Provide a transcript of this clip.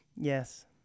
Yes